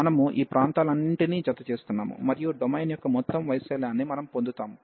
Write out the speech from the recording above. మనము ఈ ప్రాంతాలన్నింటినీ జతచేస్తున్నాము మరియు డొమైన్ యొక్క మొత్తం వైశాల్యాన్ని మనము పొందుతాము